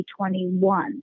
2021